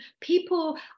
people